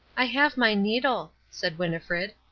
i have my needle, said winnifred.